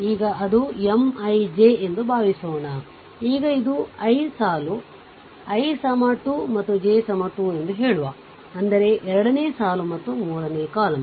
ಈಗ ಅದು MI j ಎಂದು ಭಾವಿಸೋಣ ಈಗ ಇದು I ಸಾಲು i2 ಮತ್ತು j2 ಎಂದು ಹೇಳುವ ಅಂದರೆ ಎರಡನೇ ಸಾಲು ಮತ್ತು ಮೂರನೇ ಕಾಲಮ್